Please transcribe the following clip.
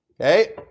okay